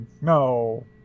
No